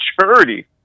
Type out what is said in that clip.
maturity